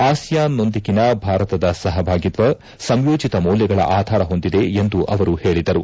ಆಸಿಯಾನ್ನೊಂದಿಗಿನ ಭಾರತದ ಸಹಭಾಗಿತ್ವ ಸಂಯೋಜಿತ ಮೌಲ್ಲಗಳ ಆಧಾರ ಹೊಂದಿದೆ ಎಂದು ಅವರು ಹೇಳಿದರು